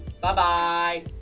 Bye-bye